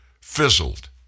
fizzled